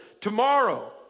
Tomorrow